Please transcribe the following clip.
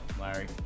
Larry